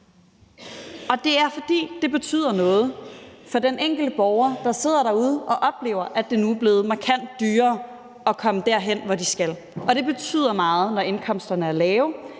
det betyder noget for den enkelte borger, der sidder derude og oplever, det nu er blevet markant dyrere at komme derhen, hvor de skal. Det betyder meget, når indkomsterne er lave;